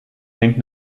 hängt